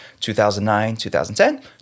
2009-2010